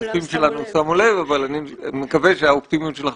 הנוכחים שמו לב אבל אני מקווה שהאופטימיות שלך